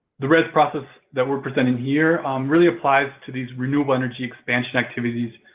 the rez process that we're presenting here really applies to these renewable energy expansion activities